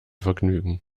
vergnügen